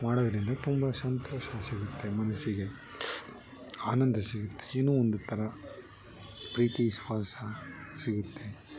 ಮಾಡೋದರಿಂದ ತುಂಬ ಸಂತೋಷ ಸಿಗುತ್ತೆ ಮನಸ್ಸಿಗೆ ಆನಂದ ಸಿಗುತ್ತೆ ಏನೋ ಒಂದು ಥರ ಪ್ರೀತಿ ವಿಶ್ವಾಸ ಸಿಗುತ್ತೆ